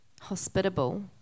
hospitable